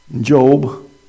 Job